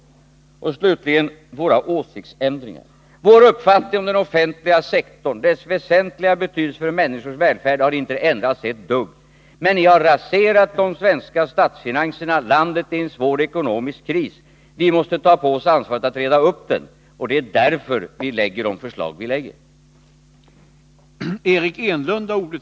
Till sist, med anledning av talet om våra åsiktsändringar: Vår uppfattning om den offentliga sektorn och dess väsentliga betydelse för människors välfärd har inte ändrats ett dugg. Men ni har raserat de svenska statsfinanserna, och landet är i en svår ekonomisk kris. Vi måste ta på oss ansvaret att reda upp den. Det är därför vi har utformat våra förslag så som vi har gjort.